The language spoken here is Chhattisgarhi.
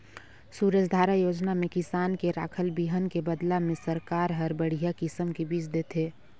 सूरजधारा योजना में किसान के राखल बिहन के बदला में सरकार हर बड़िहा किसम के बिज देथे